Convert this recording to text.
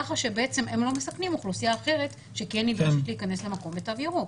כך שבעצם הם לא מסכנים אוכלוסייה אחרת שכן תיכנס למקום בתו ירוק.